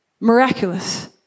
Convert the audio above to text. Miraculous